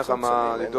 אין לך מה לדאוג,